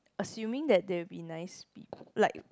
assuming that they'll be nice people like